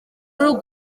uruhu